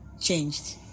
changed